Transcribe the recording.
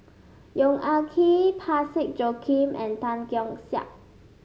Yong Ah Kee Parsick Joaquim and Tan Keong Saik